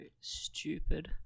stupid